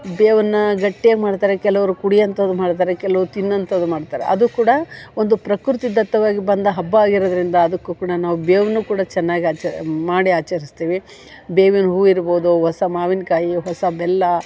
ಬೇವನ್ನು ಗಟ್ಟಿಯಾಗಿ ಮಾಡ್ತಾರೆ ಕೆಲವ್ರು ಕುಡ್ಯೋಂಥದ್ದು ಮಾಡ್ತಾರೆ ಕೆಲವ್ ತಿನ್ನಂಥದ್ದು ಮಾಡ್ತಾರೆ ಅದೂ ಕೂಡ ಒಂದು ಪ್ರಕೃತಿದತ್ತವಾಗಿ ಬಂದ ಹಬ್ಬ ಆಗಿರೋದರಿಂದ ಅದಕ್ಕೂ ಕೂಡ ನಾವು ಬೇವನ್ನೂ ಕೂಡ ಚೆನ್ನಾಗಿ ಆಚ ಮಾಡಿ ಆಚರಿಸ್ತೀವಿ ಬೇವಿನ ಹೂ ಇರ್ಬೋದು ಹೊಸ ಮಾವಿನಕಾಯಿ ಹೊಸ ಬೆಲ್ಲ